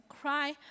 cry